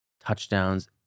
touchdowns